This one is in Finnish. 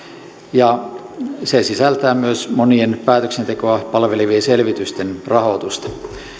ja se sisältää myös monien päätöksentekoa palvelevien selvitysten rahoitusta